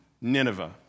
Nineveh